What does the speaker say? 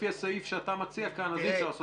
לפי הסעיף שאתה מציע כאן, אי אפשר לעשות חקירה.